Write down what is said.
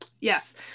Yes